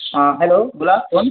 हा हॅलो बोला कोण